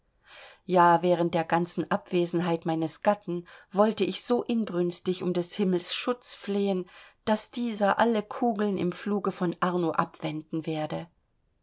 ja während der ganzen abwesenheit meines gatten wollte ich so inbrünstig um des himmels schutz flehn daß dieser alle kugeln im fluge von arno abwenden werde